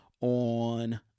on